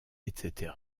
etc